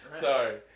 Sorry